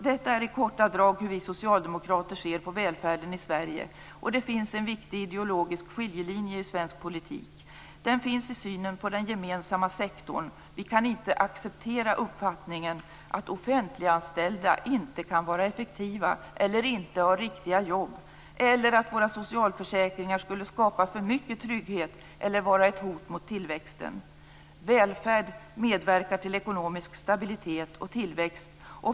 Detta är i korta drag hur vi socialdemokrater ser på välfärden i Sverige. Det finns en viktig ideologisk skiljelinje i svensk politik. Den finns i synen på den gemensamma sektorn. Vi kan inte acceptera uppfattningen att offentliganställda inte kan vara effektiva eller inte har riktiga jobb eller att våra socialförsäkringar skulle skapa för mycket trygghet eller vara ett hot mot tillväxten. Välfärd medverkar till ekonomisk stabilitet och tillväxt.